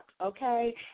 okay